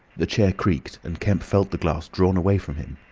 the chair creaked and kemp felt the glass drawn away from him.